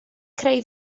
creu